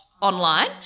online